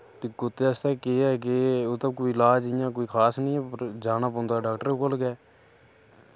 ते कुत्ते आस्तै केह् ऐ कि ओह्दे कोई लाज इ'यां कोई खास निं पर जाना पौंदा डाक्टरे कोल गै